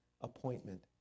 appointment